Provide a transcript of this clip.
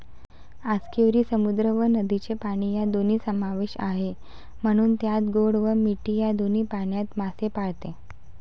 आस्कियुरी समुद्र व नदीचे पाणी या दोन्ही समावेश आहे, म्हणून त्यात गोड व मीठ या दोन्ही पाण्यात मासे पाळते